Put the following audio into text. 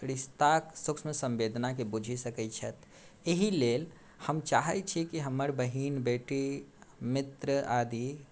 रिश्ताके सूक्ष्म सम्वेदनाके बुझि सकैत छथि एहि लेल हम चाहैत छियै कि हमर बहिन बेटी मित्र आदि